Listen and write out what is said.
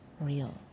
real